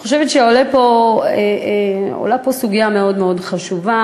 אני חושבת שעולה פה סוגיה מאוד מאוד חשובה.